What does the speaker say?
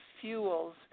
fuels